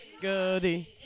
Goody